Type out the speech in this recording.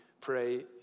pray